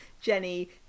Jenny